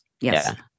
Yes